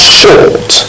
short